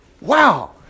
Wow